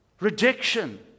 Rejection